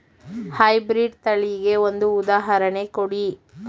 High breed ತಳಿಗೆ ಒಂದು ಉದಾಹರಣೆ ಕೊಡಿ?